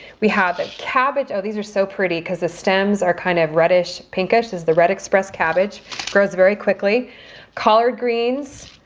we have a cabbage oh, these are so pretty because the stems are kind of reddish pinkish is the red express cabbage grows very quickly collard greens